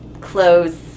clothes